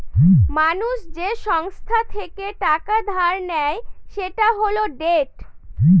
মানুষ যে সংস্থা থেকে টাকা ধার নেয় সেটা হল ডেট